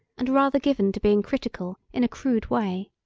and rather given to being critical in a crude way.